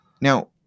Now